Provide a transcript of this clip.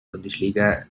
bundesliga